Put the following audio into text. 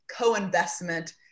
co-investment